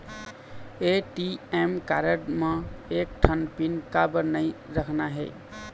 ATM card म एक ठन पिन काबर नई रखना हे?